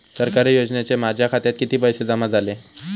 सरकारी योजनेचे माझ्या खात्यात किती पैसे जमा झाले?